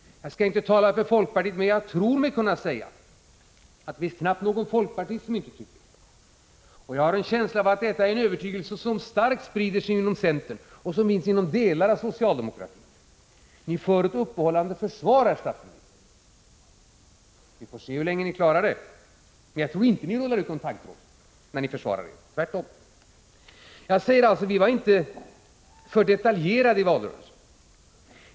Jag skall inte tala för folkpartiet, men jag tror mig kunna säga att det knappast finns någon folkpartist som inte tycker så, och jag har en känsla av att detta är en övertygelse som starkt sprider sig inom centern och som finns inom delar av socialdemokratin. Ni för ett uppehållande försvar, herr statsminister! Vi får se hur länge ni klarar er. Men jag tror inte att ni rullar ut någon taggtråd när ni försvarar er — tvärtom! Jag säger alltså: Vi var inte för detaljerade i valrörelsen.